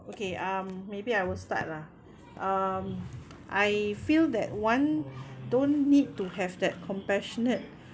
okay um maybe I will start lah um I feel that one don't need to have that compassionate